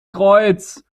kreuz